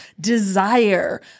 desire